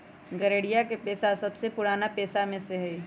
गरेड़िया के पेशा सबसे पुरान पेशा में से हई